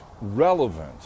relevant